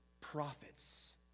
prophets